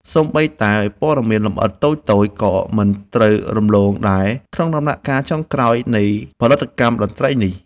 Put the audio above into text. សូម្បីតែព័ត៌មានលម្អិតតូចៗក៏មិនត្រូវរំលងដែរក្នុងដំណាក់កាលចុងក្រោយនៃផលិតកម្មតន្ត្រីនេះ។